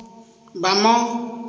ବାମ